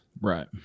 right